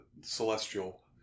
celestial